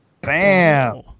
Bam